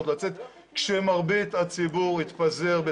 לצאת כשמרבית הציבור התפזר בסופו של דבר.